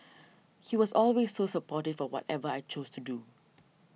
he was always so supportive of whatever I chose to do